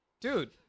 dude